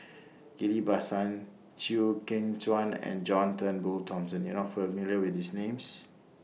Ghillie BaSan Chew Kheng Chuan and John Turnbull Thomson YOU Are not familiar with These Names